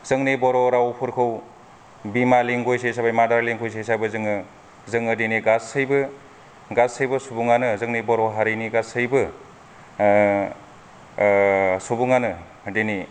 जोंनि बर' रावफोरखौ बिमा लेंगुवेज हिसाबै मदार लेंगुवेज हिसाबै जोङो जोङो दिनै गासैबो गासिबो सुबुंआनो जोंनि बर' हारिनि गासैबो सुबुंआनो दिनै